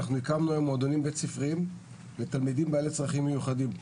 אנחנו הקמנו מועדונים בית ספריים לתלמידים בעלי צרכים מיוחדים.